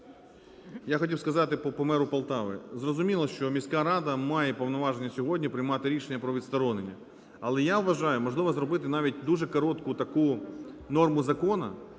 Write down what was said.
Я хотів сказати по меру Полтави. Зрозуміло, що міська рада має повноваження сьогодні приймати рішення про відсторонення. Але, я вважаю, можливо, зробити навіть дуже коротку таку норму закону,